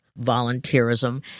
volunteerism